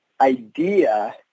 idea